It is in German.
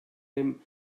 dem